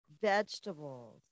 Vegetables